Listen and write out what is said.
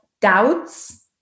doubts